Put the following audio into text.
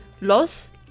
los